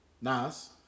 Nas